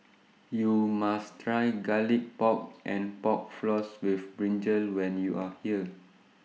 YOU must Try Garlic Pork and Pork Floss with Brinjal when YOU Are here